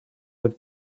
have